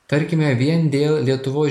tarkime vien dėl lietuvos